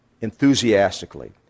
enthusiastically